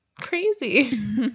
crazy